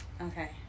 okay